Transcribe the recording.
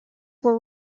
were